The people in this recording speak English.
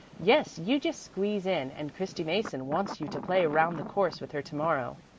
yes, you just squeeze in, and christy mason wants you to play round the course with her to-morrow.